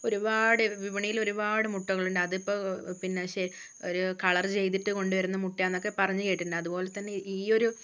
ഒരുപാട് വിപണിയിൽ ഒരുപാട് മുട്ടകളുണ്ട് അതിപ്പോൾ പിന്നെ ഒരു കളറ് ചെയ്തിട്ട് കൊണ്ടുവരുന്ന മുട്ടയാണെന്നൊക്കെ പറഞ്ഞു കേട്ടിട്ടുണ്ട് അതുപോലെതന്നെ ഈയൊരു